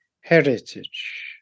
heritage